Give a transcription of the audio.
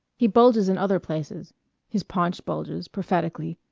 he bulges in other places his paunch bulges, prophetically,